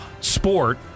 sport